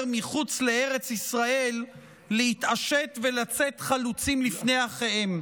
מחוץ לארץ ישראל להתעשת ולצאת חלוצים לפני אחיהם,